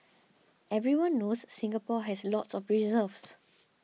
everyone knows Singapore has lots of reserves